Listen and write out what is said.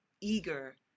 eager